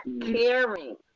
caring